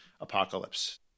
apocalypse